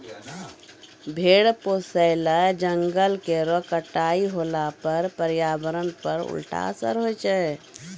भेड़ पोसय ल जंगल केरो कटाई होला पर पर्यावरण पर उल्टा असर होय छै